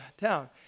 town